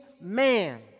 man